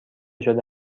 شده